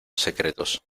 secretos